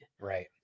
Right